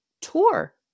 tour